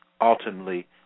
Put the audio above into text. ultimately